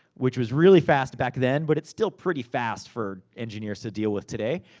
which was really fast back then. but, it's still pretty fast for engineers to deal with today.